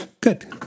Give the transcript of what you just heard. Good